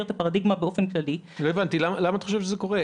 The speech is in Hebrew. את הפרדיגמה באופן כללי --- למה את חושבת שזה קורה?